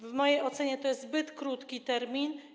W mojej ocenie to jest zbyt krótki termin.